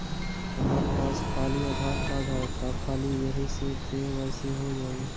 हमरा पास खाली आधार कार्ड है, का ख़ाली यही से के.वाई.सी हो जाइ?